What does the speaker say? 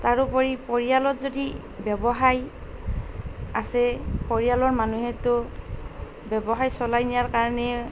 তাৰোপৰি পৰিয়ালত যদি ব্যৱসায় আছে পৰিয়ালৰ মানুহেতো ব্যৱসায় চলাই নিয়াৰ কাৰণে